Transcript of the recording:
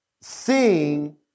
seeing